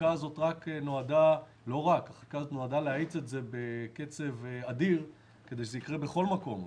החקיקה הזאת נועדה להאיץ את זה בקצב אדיר כדי שזה יקרה בכל מקום.